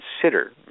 consider